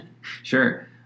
Sure